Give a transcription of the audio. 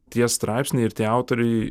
tie straipsniai ir tie autoriai